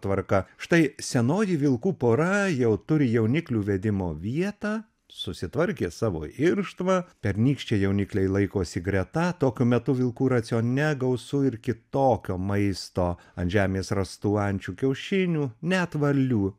tvarka štai senoji vilkų pora jau turi jauniklių vedimo vietą susitvarkė savo irštvą pernykščiai jaunikliai laikosi greta tokiu metu vilkų racione gausu ir kitokio maisto ant žemės rastų ančių kiaušinių net varlių